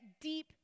deep